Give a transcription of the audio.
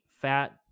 fat